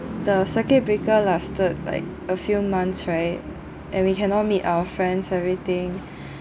the circuit breaker lasted like a few months right and we cannot meet our friends everything